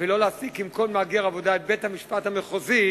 ולא להעסיק עם כל מהגר עבודה את בית-המשפט המחוזי,